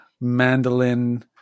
mandolin